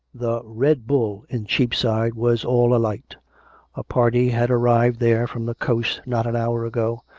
the red bull in cheapside was all alight a party had arrived there from the coast not an hour ago,